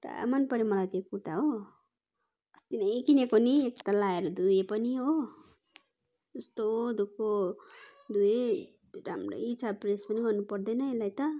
र मन पऱ्यो मलाई त्यो कुर्ता हो अस्ति नै किनेको नि एकताल लाएर धोएँ पनि हो जस्तो धोएकै धोएँ राम्रै छ प्रेस पनि गर्नु पर्दैन यसलाई त